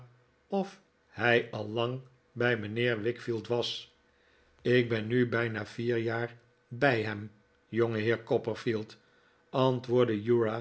of hij al lang bij mijnheer wickfield was ik ben nu bijna vier jaar bij hem jongeheer copperfield antwoordde